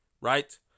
right